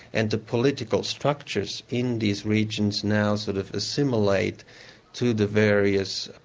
and the political structures in these regions now sort of assimilate to the various,